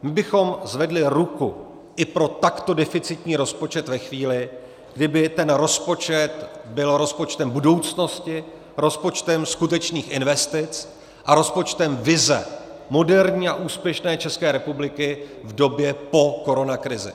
My bychom zvedli ruku i pro takto deficitní rozpočet ve chvíli, kdy by ten rozpočet byl rozpočtem budoucnosti, rozpočtem skutečných investic a rozpočtem vize moderní a úspěšné České republiky v době po koronakrizi.